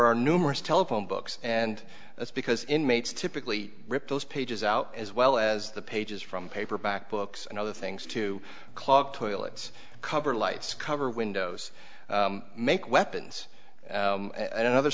are numerous telephone books and that's because inmates typically rip those pages out as well as the pages from paperback books and other things to clog toilets cover lights cover windows make weapons and other